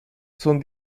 son